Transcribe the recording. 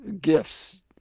gifts